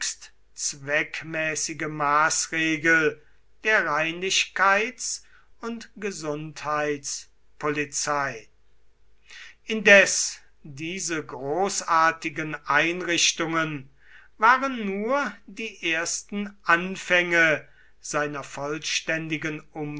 zweckmäßige maßregel der reinlichkeits und gesundheitspolizei indes diese großartigen einrichtungen waren nur die ersten anfänge einer vollständigen